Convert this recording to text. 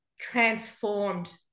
transformed